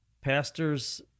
pastors